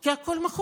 כי הכול מכור.